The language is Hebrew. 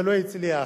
ולא הצליח.